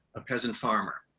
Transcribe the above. a peasant farmer,